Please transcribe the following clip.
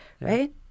right